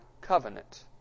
covenant